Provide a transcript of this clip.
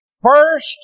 first